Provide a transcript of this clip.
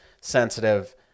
sensitive